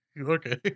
Okay